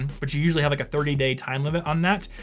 and but you usually have like a thirty day time limit on that.